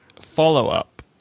follow-up